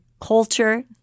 culture